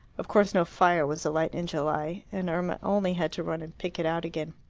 of course no fire was alight in july, and irma only had to run and pick it out again.